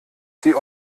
sie